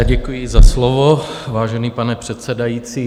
Děkuji za slovo, vážený pane předsedající.